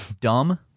Dumb